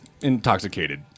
intoxicated